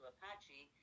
Apache